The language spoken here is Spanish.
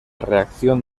reacción